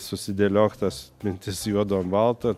susidėliok tas mintis juodu ant balto